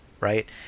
right